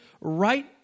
right